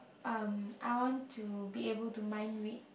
um I want to be able to mind read